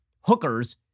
hookers